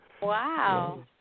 Wow